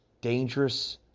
dangerous